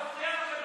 התש"ף 2020,